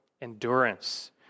endurance